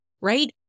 right